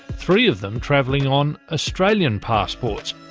three of them travelling on australian passports.